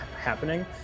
happening